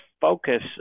focus